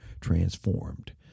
transformed